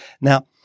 Now